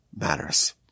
matters